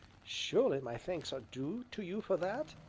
surely my thanks are due to you for that?